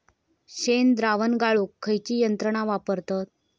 शेणद्रावण गाळूक खयची यंत्रणा वापरतत?